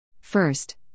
First